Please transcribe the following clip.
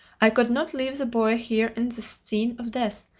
i could not leave the boy here in this scene of death,